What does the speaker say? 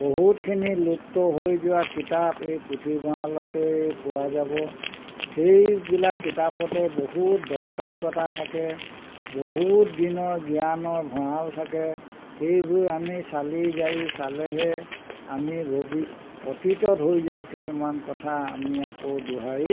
বহুতখিনি লুপ্ত হৈ যোৱা কিতাপ এই পুথিভঁৰালতেই পোৱা যাব সেইবিলাক কিতাপতে বহুত দৰকাৰীকতা থাকে বহুত দিনৰ জ্ঞানৰ ভঁৰাল থাকে সেইবোৰ আমি চালি জাৰি চালেহে আমি ভৱি অতীতত হৈ যোৱা কিছুমান কথা আমি আকৌ দুহাৰী